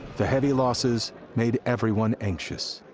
the heavy losses made everyone anxious.